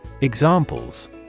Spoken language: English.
Examples